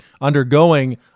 undergoing